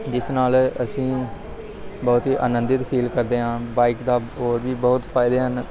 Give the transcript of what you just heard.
ਜਿਸ ਨਾਲ ਅਸੀਂ ਬਹੁਤ ਹੀ ਆਨੰਦਿਤ ਫੀਲ ਕਰਦੇ ਹਾਂ ਬਾਇਕ ਦਾ ਹੋਰ ਵੀ ਬਹੁਤ ਫ਼ਾਇਦੇ ਹਨ